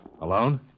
Alone